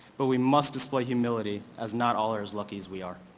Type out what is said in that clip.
but we must display humility as not all are as lucky as we are,